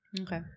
Okay